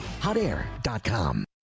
Hotair.com